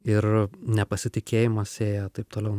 ir nepasitikėjimą sėja taip toliau